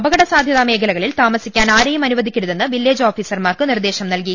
അപകടസാധൃതാ മേഖലക്ളിൽ താമസിക്കാൻ ആരെയും അനുവദിക്കരുതെന്ന് വില്ലേജ് ഓഫീസർമാർക്ക് നിർദേശം നൽകി